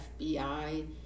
FBI